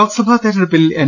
ലോക്സഭാ തിരഞ്ഞെടുപ്പിൽ എൻ